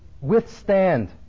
withstand